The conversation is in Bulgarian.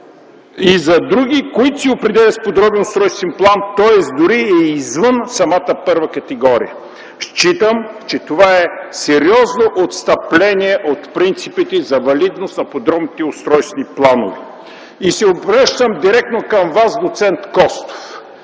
„и за други, които се определят с подробен устройствен план”, тоест дори е извън самата първа категория. Считам, че това е сериозно отстъпление от принципите за валидност на подробните устройствени планове. Обръщам се директно към Вас, доцент Костов!